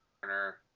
corner